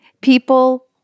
people